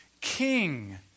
king